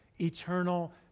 eternal